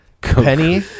Penny